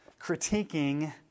critiquing